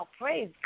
Praise